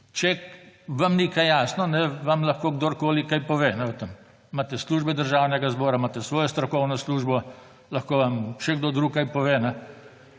Če vam ni kaj jasno, vam lahko kdorkoli kaj pove o tem. Imate službe Državnega zbora, imate svojo strokovno službo, lahko vam še kdo drugi kaj pove.